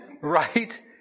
Right